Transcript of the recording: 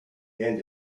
and